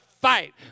fight